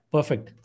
Perfect